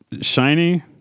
shiny